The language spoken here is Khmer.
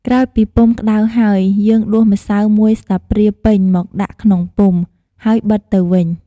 ក្រោយពីពុម្ពក្ដៅហើយ យើងដួសម្សៅមួយស្លាបព្រាពេញមកដាក់ក្នុងពុម្ព ហើយបិទទៅវិញ។